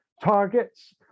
targets